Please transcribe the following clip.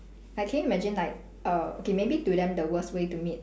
like can you imagine like err okay maybe to them the worst way to meet